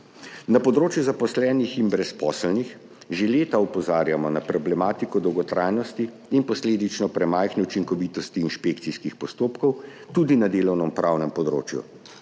Na področju zaposlenih in brezposelnih že leta opozarjamo na problematiko dolgotrajnosti in posledično premajhne učinkovitosti inšpekcijskih postopkov tudi na delovnopravnem področju.